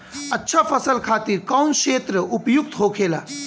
अच्छा फसल खातिर कौन क्षेत्र उपयुक्त होखेला?